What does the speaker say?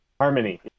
harmony